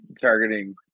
targeting